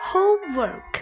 Homework